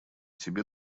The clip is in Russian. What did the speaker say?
тебе